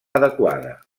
adequada